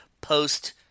post-